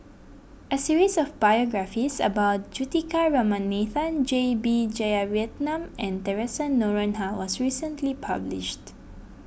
a series of biographies about Juthika Ramanathan J B Jeyaretnam and theresa Noronha was recently published